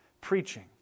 preaching